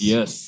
Yes